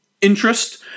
interest